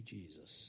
Jesus